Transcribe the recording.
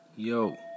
Yo